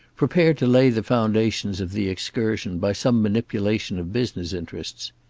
prepared to lay the foundations of the excursion by some manipulation of business interests.